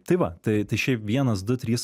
tai va tai šiaip vienas du trys